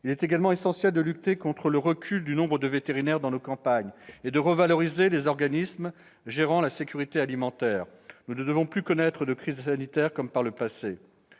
Il est également essentiel de lutter contre le recul du nombre de vétérinaires dans nos campagnes et de revaloriser les organismes gérant la sécurité alimentaire. Nous ne devons plus connaître de crises sanitaires, comme ce fut le cas